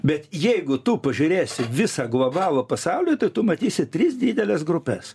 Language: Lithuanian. bet jeigu tu pažiūrėsi visą globalų pasaulį tai tu matysi tris dideles grupes